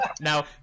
now